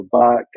back